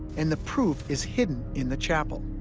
and the proof is hidden in the chapel.